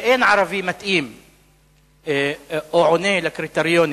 שאין ערבי מתאים או עונה לקריטריונים